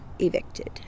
evicted